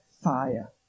fire